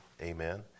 Amen